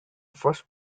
first